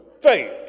faith